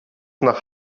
nach